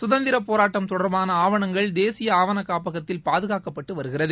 கதந்திரப் போராட்டம் தொடர்பான ஆவணங்கள் தேசிய ஆவண காப்பகத்தில் பாதுகாக்கப்பட்டு வருகிறது